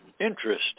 interest